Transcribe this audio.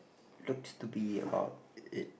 looks to be about